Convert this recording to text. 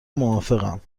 موافقم